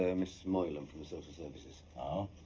ah mrs moylum from the social services. oh.